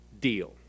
deal